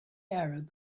arab